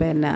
പിന്നെ